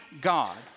God